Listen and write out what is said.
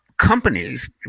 Companies